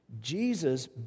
Jesus